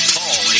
Call